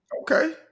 okay